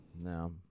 No